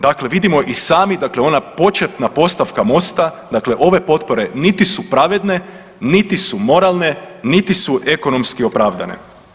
Dakle, vidimo i sami ona početna postavka Mosta dakle ove potpore niti su pravedne, niti su moralne, niti su ekonomski opravdane.